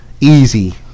easy